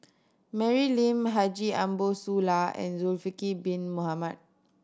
Mary Lim Haji Ambo Sooloh and Zulkifli Bin Mohamed